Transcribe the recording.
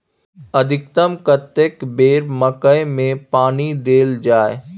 अधिकतम कतेक बेर मकई मे पानी देल जाय?